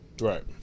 Right